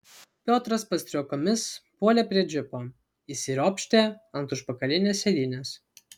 piotras pastriuokomis puolė prie džipo įsiropštė ant užpakalinės sėdynės